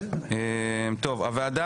הבאות: הוועדה